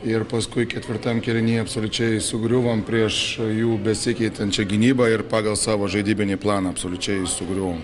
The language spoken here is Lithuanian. ir paskui ketvirtam kėlinyje absoliučiai sugriuvom prieš jų besikeitančią gynybą ir pagal savo žaidybinį planą absoliučiai sugriuvom